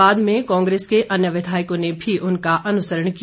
बाद में कांग्रेस के अन्य विधायकों ने भी उनका अनुसरण किया